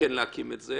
וכן להקים את זה.